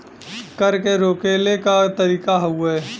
कर के रोकले क तरीका हउवे